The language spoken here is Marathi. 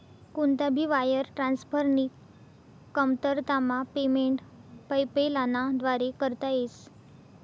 कोणता भी वायर ट्रान्सफरनी कमतरतामा पेमेंट पेपैलना व्दारे करता येस